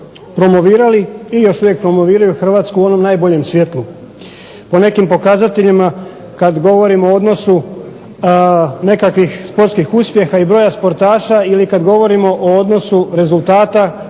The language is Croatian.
promovirali i još uvijek promoviraju Hrvatsku u onom najboljem svjetlu. Po nekim pokazateljima kada govorimo u odnosu nekakvih sportskih uspjeha i broj sportaša ili kada govorimo o odnosu rezultata